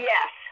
Yes